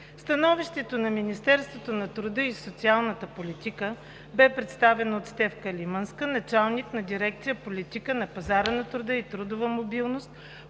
Становището на Министерството на труда и социалната политика бе представено от Стефка Лиманска, началник на Дирекция „Политика на пазара на труда и трудова мобилност“,